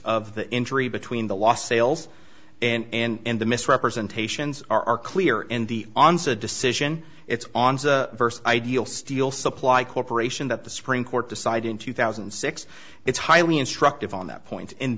of the injury between the lost sales and the misrepresentations are clear in the onset decision it's on first ideal steel supply corporation that the supreme court decided in two thousand and six it's highly instructive on that point in